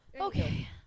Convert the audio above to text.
okay